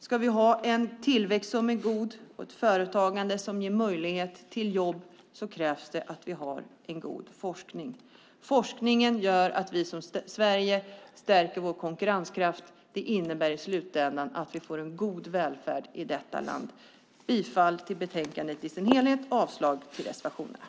Ska vi ha en tillväxt som är god och ett företagande som ger möjlighet till jobb krävs det att vi har en god forskning. Forskningen gör att Sverige stärker sin konkurrenskraft, och det innebär i slutändan att vi får en god välfärd i detta land. Jag yrkar bifall till förslaget i betänkandet och avslag på reservationerna.